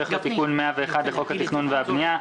בהמשך לתיקון 101 לחוק התכנון והבנייה,